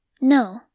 No